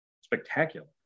spectacular